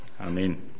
Amen